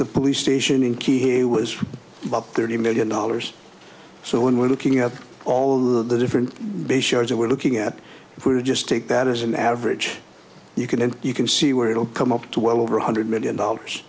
the police station in key here was about thirty million dollars so when we're looking at all of the different base shows that we're looking at for just take that as an average you can and you can see where it'll come up to well over one hundred million dollars